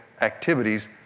activities